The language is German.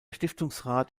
stiftungsrat